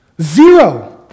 Zero